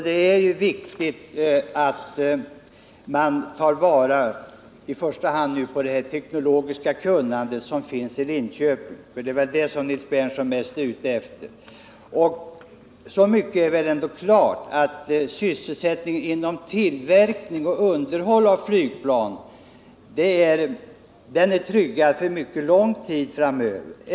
Det är viktigt att man tar vara på i första hand det teknologiska kunnande som finns i Linköping — det är väl det som Nils Berndtson främst är ute efter. Och så mycket är väl ändå klart att sysselsättningen inom tillverkningsoch underhållssektorn är tryggad för mycket lång tid framöver.